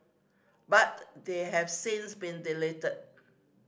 but they have since been deleted